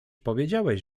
powiedziałeś